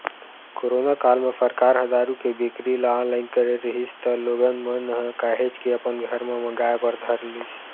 corona काल म सरकार ह दारू के बिक्री ल ऑनलाइन करे रिहिस त लोगन मन ह काहेच के अपन घर म मंगाय बर धर लिस